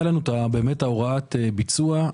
היה לנו באמת את הוראת הביצוע,